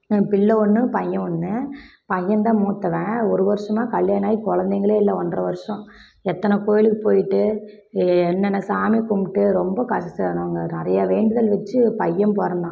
என் பிள்ளை ஒன்று பையன் ஒன்று பையன்தான் மூத்தவன் ஒரு வருஷமா கல்யாணம் ஆகி கொழந்தைங்களே இல்லை ஒன்றரை வருஷம் எத்தனை கோயிலுக்கு போயிட்டு என்னென்ன சாமி கும்பிட்டு ரொம்ப கஷ்டம் நாங்க நிறைய வேண்டுதல் வச்சு பையன் பிறந்தான்